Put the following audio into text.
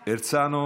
הרצנו יוראי,